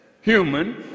human